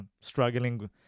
struggling